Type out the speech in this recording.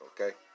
okay